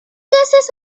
gases